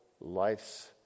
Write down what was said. life's